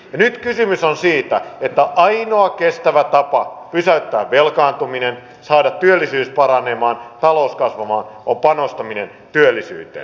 ja nyt kysymys on siitä että ainoa kestävä tapa pysäyttää velkaantuminen saada työllisyys paranemaan ja talous kasvamaan on panostaminen työllisyyteen